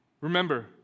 Remember